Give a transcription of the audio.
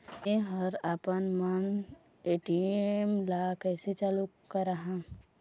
मैं हर आपमन ए.टी.एम ला कैसे चालू कराहां?